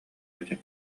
этим